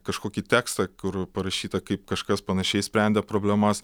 kažkokį tekstą kur parašyta kaip kažkas panašiai sprendė problemas